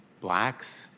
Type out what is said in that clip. blacks